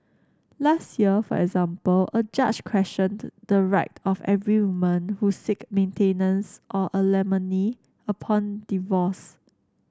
last year for example a judge questioned the right of every woman who seek maintenance or alimony upon divorce